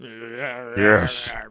Yes